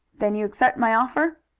then you accept my offer?